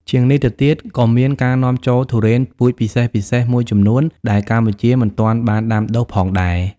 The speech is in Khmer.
ជាងនេះទៅទៀត ក៏មានការនាំចូលទុរេនពូជពិសេសៗមួយចំនួនដែលកម្ពុជាមិនទាន់បានដាំដុះផងដែរ។